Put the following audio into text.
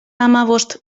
hamabost